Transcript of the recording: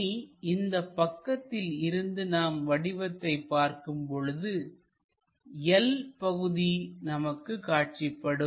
இனி இந்தப் பக்கத்தில் இருந்து நாம் வடிவத்தை பார்க்கும் பொழுது L பகுதி நமக்கு காட்சிப்படும்